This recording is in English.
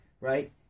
right